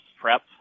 prep